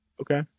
Okay